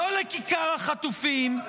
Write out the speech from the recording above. --- לא לכיכר החטופים,